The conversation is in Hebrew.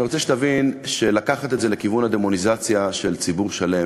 ואני רוצה שתבין שלקחת את זה לכיוון הדמוניזציה של ציבור שלם